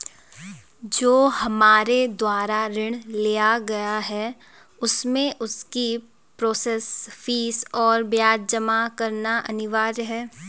जो हमारे द्वारा ऋण लिया गया है उसमें उसकी प्रोसेस फीस और ब्याज जमा करना अनिवार्य है?